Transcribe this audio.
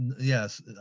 yes